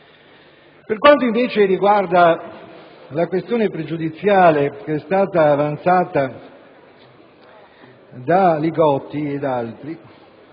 Per quanto invece riguarda la questione pregiudiziale QP2, che è stata avanzata dal senatore Li Gotti e da altri